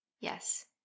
Yes